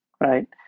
right